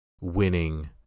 winning